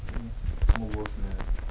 worth meh